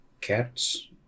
cats